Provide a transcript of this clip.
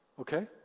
Okay